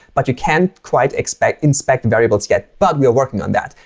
but you can't quite inspect inspect variables yet. but we are working on that.